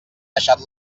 deixat